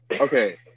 Okay